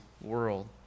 world